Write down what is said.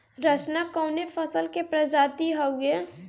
रचना कवने फसल के प्रजाति हयुए?